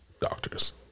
doctors